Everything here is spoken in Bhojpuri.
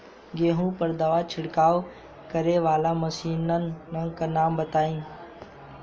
गेहूँ पर दवा छिड़काव करेवाला मशीनों के नाम बताई?